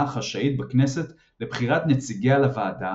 החשאית בכנסת לבחירת נציגיה לוועדה,